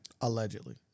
Allegedly